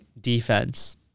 defense